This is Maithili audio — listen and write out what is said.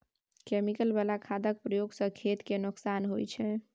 केमिकल बला खादक प्रयोग सँ खेत केँ नोकसान होइ छै